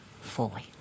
fully